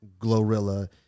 Glorilla